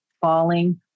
falling